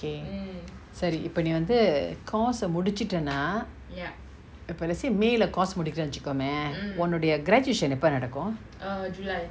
okay சரி இப்ப நீ வந்து:sari ippa nee vanthu course ah முடிச்சிடனா:mudichitana ape lacy may lah course முடிக்குரனு வச்சிகொமே ஒன்னுடைய:mudikuranu vachikome onnudaya graduation எப்ப நடக்கு:eppa nadaku